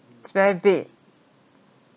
it's very bad